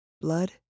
blood